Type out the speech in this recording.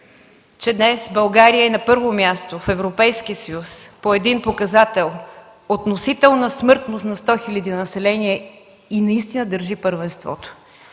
че днес България е на първо място в Европейския съюз по един показател – относителна смъртност на 100 хиляди души население. И наистина държи първенството!